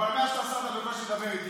אבל מאז שאתה שר הפסקת לדבר איתי,